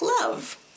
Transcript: love